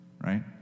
right